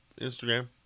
Instagram